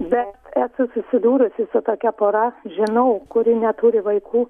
bet esu susidūrusi su tokia pora žinau kuri neturi vaikų